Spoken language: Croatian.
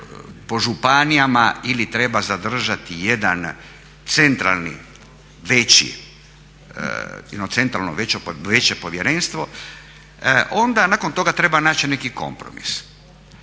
po županijama ili treba zadržati jedan centralni veći, jedno centralno veće povjerenstvo, onda nakon toga treba naći neki kompromis.